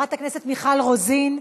וחברת הכנסת מיכל רוזין,